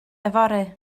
yfory